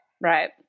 Right